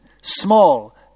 small